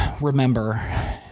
remember